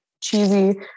cheesy